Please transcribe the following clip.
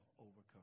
overcome